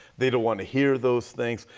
they don't want to hear those things.